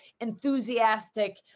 enthusiastic